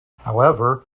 however